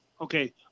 Okay